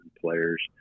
players